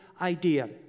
idea